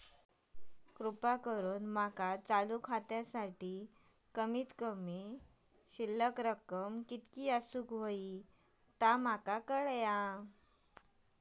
कृपा करून माका चालू खात्यासाठी कमित कमी शिल्लक किती असूक होया ते माका कळवा